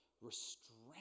restraint